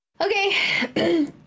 Okay